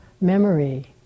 Memory